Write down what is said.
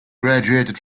graduated